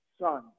Son